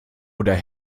oder